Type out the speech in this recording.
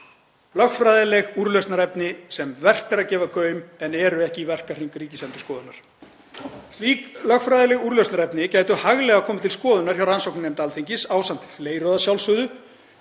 lögfræðileg úrlausnarefni sem vert er að gefa gaum en eru ekki í verkahring Ríkisendurskoðunar. Slík lögfræðileg úrlausnarefni gætu hæglega komið til skoðunar hjá rannsóknarnefnd Alþingis ásamt fleiru að sjálfsögðu,